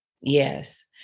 Yes